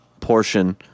portion